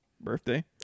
birthday